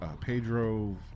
Pedro